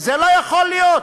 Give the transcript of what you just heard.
זה לא יכול להיות.